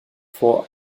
vor